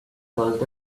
caused